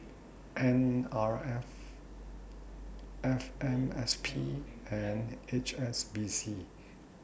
N R F F M S P and H S B C